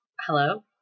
Hello